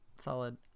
solid